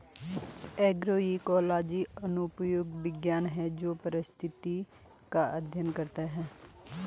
agroecology एक अनुप्रयुक्त विज्ञान है जो पारिस्थितिक का अध्ययन करता है